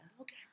Okay